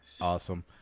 Awesome